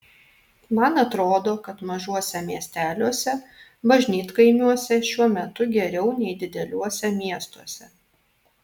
man atrodo kad mažuose miesteliuose bažnytkaimiuose šiuo metu geriau nei dideliuose miestuose